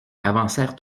avancèrent